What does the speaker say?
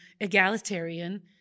egalitarian